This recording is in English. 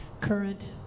current